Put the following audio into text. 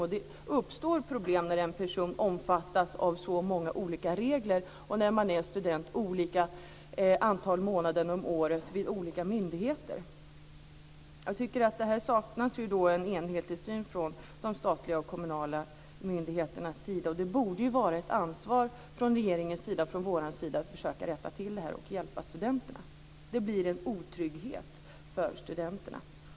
Det uppstår problem när en person omfattas av så många olika regler, när man är student olika antal månader om året och när man har att göra med olika myndigheter. Jag tycker att det här saknas en enhetlig syn från de statliga och kommunala myndigheternas sida. Det borde vara ett ansvar från regeringens sida, från vår sida, att försöka rätta till det här och hjälpa studenterna. Det blir en otrygghet för studenterna.